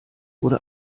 wurde